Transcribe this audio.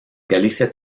galicia